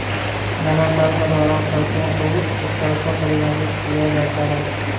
नगरपालिका द्वारा शर्तों को एकतरफा परिभाषित किया जाता है